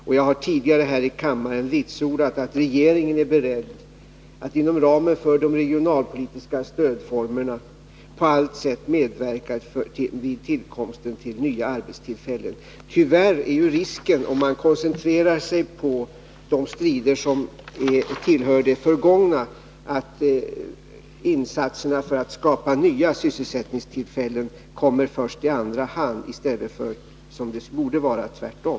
Och jag har tidigare här i kammaren vitsordat att regeringen är beredd att inom ramen för de regionalpolitiska stödformerna på allt sätt medverka vid tillkomsten av nya arbetstillfällen. Om man koncentrerar sig på de strider som tillhör det förgångna, är ju risken tyvärr att insatserna för att skapa nya sysselsättningstillfällen kommer först i andra hand i stället för — som det borde vara — tvärtom.